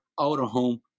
out-of-home